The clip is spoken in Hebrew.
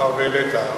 מאחר שהעלית,